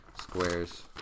squares